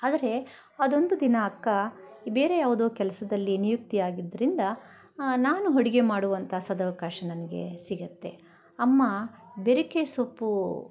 ಆದರೆ ಅದೊಂದು ದಿನ ಅಕ್ಕ ಬೇರೆ ಯಾವುದೋ ಕೆಲಸದಲ್ಲಿ ನಿಯುಕ್ತಿಯಾಗಿದ್ರಿಂದ ನಾನು ಅಡ್ಗೆ ಮಾಡುವಂಥ ಸದಾವಕಾಶ ನನಗೆ ಸಿಗುತ್ತೆ ಅಮ್ಮ ಬೆರಿಕೆ ಸೊಪ್ಪು